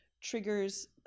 triggers